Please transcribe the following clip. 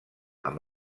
amb